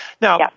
Now